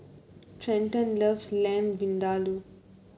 Trenten loves Lamb Vindaloo